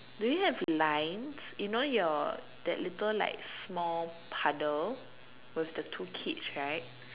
do you have lines you know your that little like small puddle with the two kids right